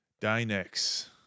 dynex